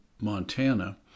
Montana